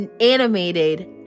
animated